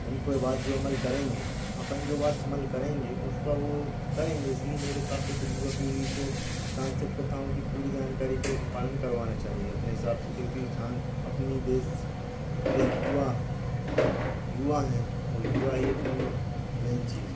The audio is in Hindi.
उनपर बात जो अमल करेंगे आपन जो बात अमल करेंगे उसका वे करेंगे इसलिए मेरे हिसाब से तो युवा पीढ़ी को सांस्कृतिक प्रथाओं की पूरी जानकारी को पालन करवाना चाहिए अपने हिसाब से क्योंकि सां अपनी देश के युवा युवा हैं और युवा ही अपनी मेन चीज़